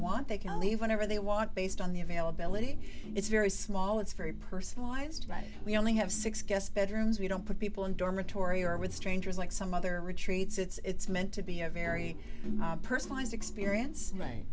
want they can leave whenever they want based on the availability it's very small it's very personalized but we only have six guest bedrooms we don't put people in dormitory or with strangers like some other retreats it's meant to be a very personalized experience right